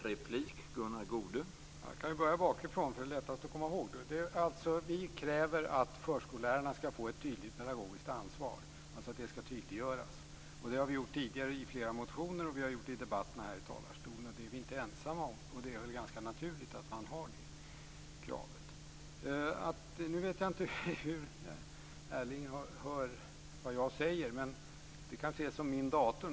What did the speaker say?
Herr talman! Jag kan börja bakifrån, för det är lättast att komma ihåg. Vi kräver att förskollärarna skall få ett tydligt pedagogiskt ansvar, att det skall tydliggöras. Det har vi krävt tidigare i flera motioner och vi har gjort det i debatterna här i talarstolen. Det är vi inte ensamma om. Det är väl ganska naturligt att man har det kravet. Nu vet jag inte hur Erling hör vad jag säger. Men det kanske är som med min dator.